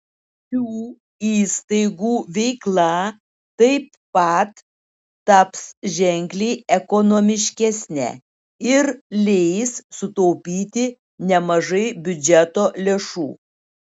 šių įstaigų veikla taip pat taps ženkliai ekonomiškesne ir leis sutaupyti nemažai biudžeto lėšų